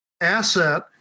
asset